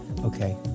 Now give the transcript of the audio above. okay